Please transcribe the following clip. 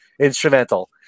instrumental